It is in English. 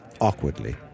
awkwardly